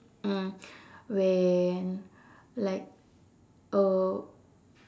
mm when like uh